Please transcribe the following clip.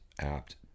apt